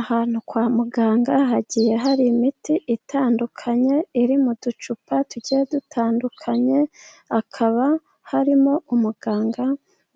Ahantu kwa muganga, hagiye hari imiti itandukanye, iri mu ducupa tugiye dutandukanye, hakaba harimo umuganga